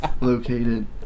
located